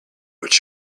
what